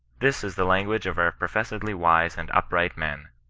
this is the language of our professedly wise and upright men,